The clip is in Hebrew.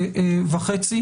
דיון.